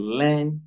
learn